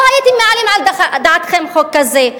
לא הייתם מעלים על דעתכם חוק כזה.